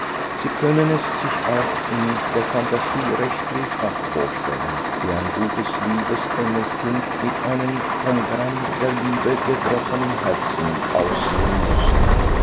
sie können es sich auch in der phantasie recht lebhaft vorstellen wie ein gutes liebes engelskind mit einem vom gram der liebe gebrochenen herzen aussehen müsse